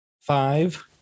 Five